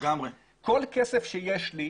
כל כסף שיש לי,